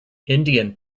indian